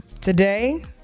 today